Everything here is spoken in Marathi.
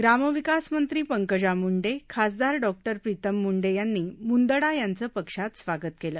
ग्रामविकास मंत्री पंकजा मुंडे खासदार डॉ प्रीतम मुंडे यांनी मुंदडा यांचं पक्षात स्वागत केलं